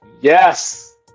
Yes